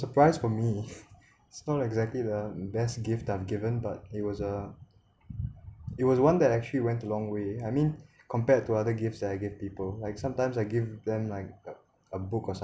causes surprise for me it's not exactly the best gift I've given but it was a it was one that actually went the long way I mean compared to other gifts that I give people like sometimes I give them like a book or